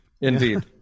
Indeed